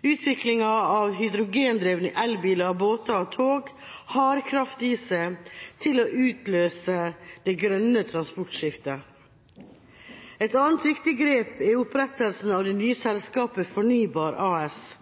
Utviklinga av hydrogendrevne elbiler, båter og tog har kraft i seg til å utløse det grønne transportskiftet. Et annet viktig grep er opprettelsen av det nye selskapet Fornybar AS,